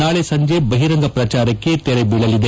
ನಾಳೆ ಸಂಜೆ ಬಹಿರಂಗ ಪ್ರಚಾರಕ್ಕೆ ತೆರೆ ಬೀಳಲಿದೆ